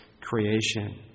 creation